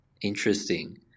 Interesting